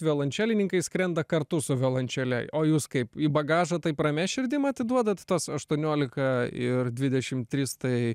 violončelininkai skrenda kartu su violončele o jūs kaip į bagažą taip ramia širdim atiduodat tuos aštuoniolika ir dvidešim tris tai